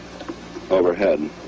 overhead